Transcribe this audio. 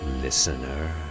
Listener